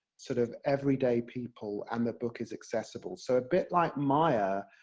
sort of everyday people, and the book is accessible. so a bit like maya,